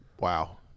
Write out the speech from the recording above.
Wow